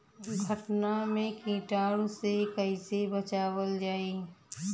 भनटा मे कीटाणु से कईसे बचावल जाई?